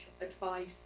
advice